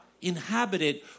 inhabited